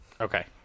Okay